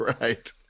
right